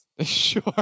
Sure